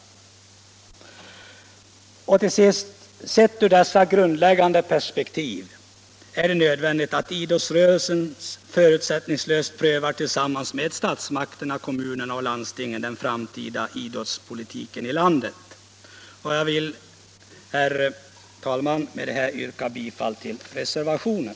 Sett ur dessa grundläggande perspektiv är det nödvändigt att idrottsrörelsen tillsammans med statsmakterna, kommunerna och landstingen förutsättningslöst prövar den framtida idrottspolitiken i landet. Jag ber med detta, herr talman, att få yrka bifall till reservationen.